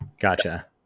Gotcha